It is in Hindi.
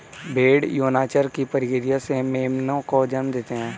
भ़ेड़ यौनाचार की प्रक्रिया से मेमनों को जन्म देते हैं